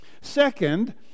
Second